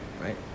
right